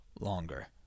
longer